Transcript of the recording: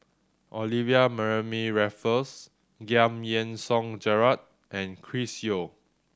Olivia Mariamne Raffles Giam Yean Song Gerald and Chris Yeo